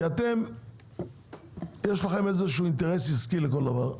כי לכם יש אינטרס עסקי לכל דבר.